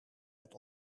het